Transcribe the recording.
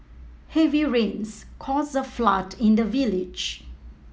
heavy rains caused a flood in the village